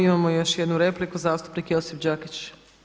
Imamo još jednu repliku, zastupnik Josip Đakić.